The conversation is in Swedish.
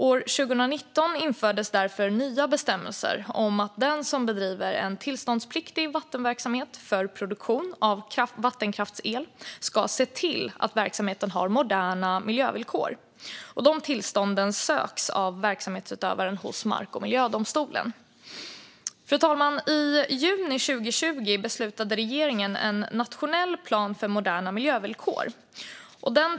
År 2019 infördes därför nya bestämmelser om att den som bedriver en tillståndspliktig vattenverksamhet för produktion av vattenkraftsel ska se till att verksamheten uppfyller moderna miljövillkor. Dessa tillstånd söks av verksamhetsutövaren hos mark och miljödomstolen. Fru talman! I juni 2020 beslutade regeringen om en nationell plan för moderna miljövillkor.